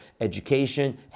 education